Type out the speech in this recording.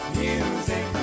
music